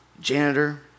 janitor